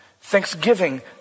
thanksgiving